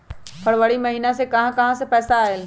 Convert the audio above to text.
फरवरी महिना मे कहा कहा से पैसा आएल?